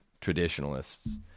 traditionalists